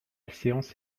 séance